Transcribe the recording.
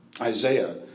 Isaiah